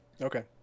Okay